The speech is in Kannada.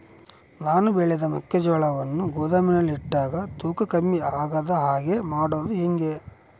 ನಾನು ಬೆಳೆದ ಮೆಕ್ಕಿಜೋಳವನ್ನು ಗೋದಾಮಿನಲ್ಲಿ ಇಟ್ಟಾಗ ತೂಕ ಕಮ್ಮಿ ಆಗದ ಹಾಗೆ ಮಾಡೋದು ಹೇಗೆ?